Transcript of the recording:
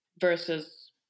versus